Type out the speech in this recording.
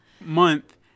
month